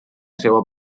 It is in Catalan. seua